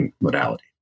modality